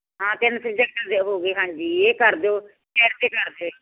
ਹਾਂ ਤਿੰਨ ਸਬਜੈਕਟਾਂ ਦੀਆਂ ਹੋਗੀਆਂ ਹਾਂਜੀ ਇਹ ਕਰ ਦਿਓ